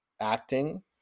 acting